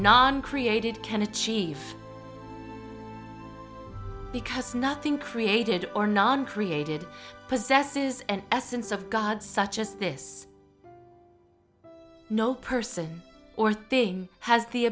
non created can achieve because nothing created or non created possesses an essence of god such as this no person or thing has the